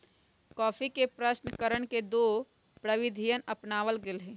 coffee के प्रशन करण के दो प्रविधियन अपनावल जा हई